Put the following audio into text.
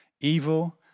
evil